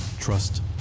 trust